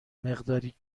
مقداری